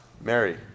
Mary